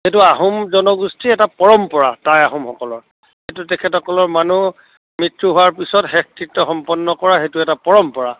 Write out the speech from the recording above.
সেইটো আহোম জনগোষ্ঠীৰ এটা পৰম্পৰা টাই আহোমসকলৰ এইটো তেখেতসকলৰ মানুহ মৃত্যু হোৱাৰ পিছত শেষকৃত্য সম্পন্ন কৰা সেইটো এটা পৰম্পৰা